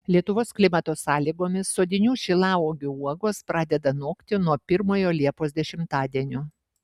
lietuvos klimato sąlygomis sodinių šilauogių uogos pradeda nokti nuo pirmojo liepos dešimtadienio